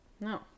no